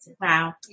Wow